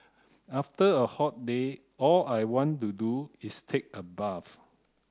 after a hot day all I want to do is take a bath